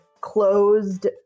closed